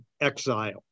exile